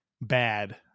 bad